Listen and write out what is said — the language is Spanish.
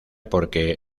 porque